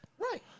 Right